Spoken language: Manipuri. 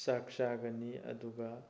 ꯆꯥꯛ ꯆꯥꯒꯅꯤ ꯑꯗꯨꯒ